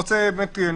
תגיד את דעתך.